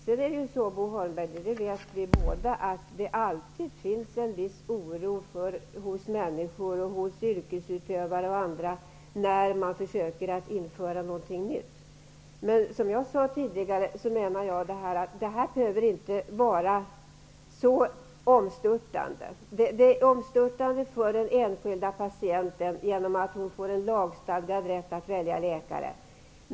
Vi vet båda att det alltid finns en viss oro hos människor och hos yrkesutövare när man försöker införa något nytt. Jag menar, som jag sade tidigare, att det här inte behöver vara så omstörtande. Det är omstörtande för den enskilda patienten, genom att hon får en lagstadgad rätt att välja läkare.